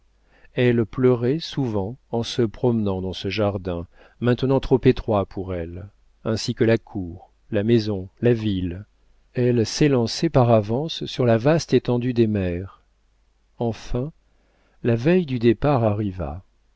elle pleurait souvent en se promenant dans ce jardin maintenant trop étroit pour elle ainsi que la cour la maison la ville elle s'élançait par avance sur la vaste étendue des mers enfin la veille du départ arriva